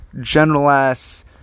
general-ass